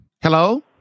Hello